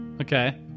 Okay